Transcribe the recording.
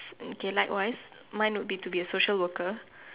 okay likewise mine would be to be a social worker